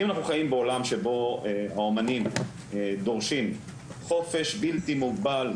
אם אנחנו חיים בעולם שבו האומנים דורשים חופש בלתי מוגבל,